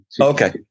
okay